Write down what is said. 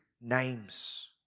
names